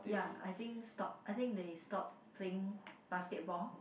ya I think stop I think they stop playing basketball